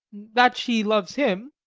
that she loves him,